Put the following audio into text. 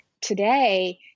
today